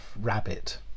rabbit